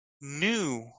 new